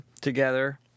together